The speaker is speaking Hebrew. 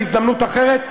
בהזדמנות אחרת,